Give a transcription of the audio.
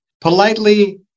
politely